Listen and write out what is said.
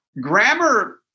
grammar